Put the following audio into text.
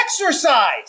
exercise